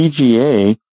PGA